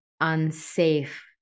unsafe